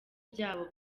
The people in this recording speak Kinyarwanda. byabo